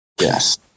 Yes